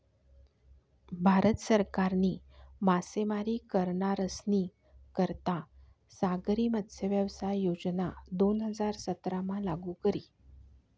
भारत सरकारनी मासेमारी करनारस्नी करता सागरी मत्स्यव्यवसाय योजना दोन हजार सतरामा लागू करी